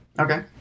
Okay